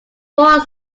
four